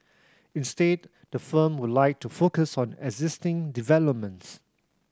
instead the firm would like to focus on existing developments